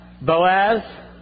Boaz